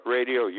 Radio